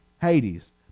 Hades